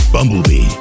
Bumblebee